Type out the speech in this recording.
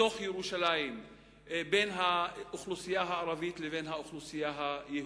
בתוך ירושלים בין האוכלוסייה הערבית לבין האוכלוסייה היהודית?